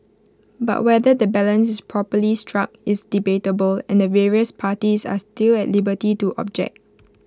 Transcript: but whether the balance is properly struck is debatable and the various parties are still at liberty to object